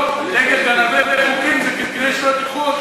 נגד גנבי חוקים זה כדי שלא תיקחו אותו.